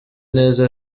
neza